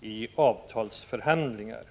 i avtalsförhandlingar.